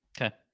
Okay